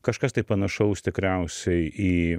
kažkas tai panašaus tikriausiai į